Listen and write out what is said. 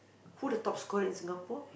who the top scorer in Singapore